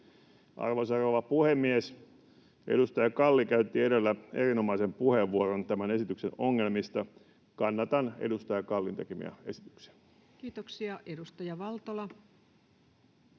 Arvoisa rouva puhemies! Edustaja Kalli käytti edellä erinomaisen puheenvuoron tämän esityksen ongelmista. Kannatan edustaja Kallin tekemiä esityksiä. Kiitoksia. — Edustaja Valtola.